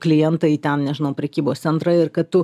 klientą į ten nes žinau prekybos centrą ir kad tu